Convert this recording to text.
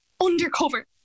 undercover